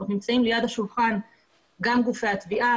נמצאים ליד השולחן גם גופי התביעה,